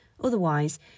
Otherwise